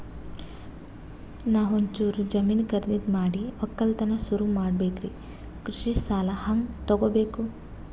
ನಾ ಒಂಚೂರು ಜಮೀನ ಖರೀದಿದ ಮಾಡಿ ಒಕ್ಕಲತನ ಸುರು ಮಾಡ ಬೇಕ್ರಿ, ಕೃಷಿ ಸಾಲ ಹಂಗ ತೊಗೊಬೇಕು?